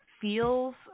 feels